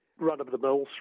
run-of-the-mill